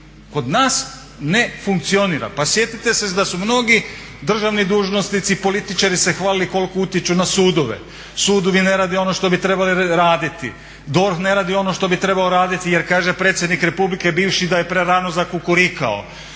Kod nas ne funkcionira. Pa sjetite se da su mnogi državni dužnosnici i političari se hvalili koliko utječu na sudove. Sudovi ne rade ono što bi trebali raditi, DORH ne radi ono što bi trebao raditi jer kaže predsjednik Republike bivši da je prerano zakukurikao.